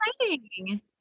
exciting